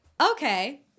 okay